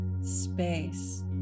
space